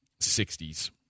60s